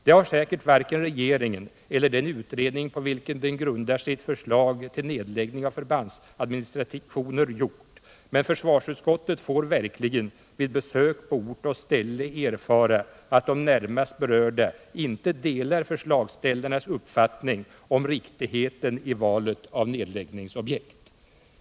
Det har säkert varken regeringen eller den utredning på vilken den grundar sitt förslag till nedläggning av förbandsadministrationer gjort, men försvarsutskottet får verkligen vid besök på ort och ställe erfara att de närmast berörda inte delar förslagsställarnas uppfattning om riktigheten i valet av nedläggningsobjekt.